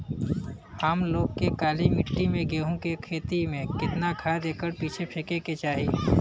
हम लोग के काली मिट्टी में गेहूँ के खेती में कितना खाद एकड़ पीछे फेके के चाही?